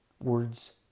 words